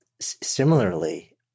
similarly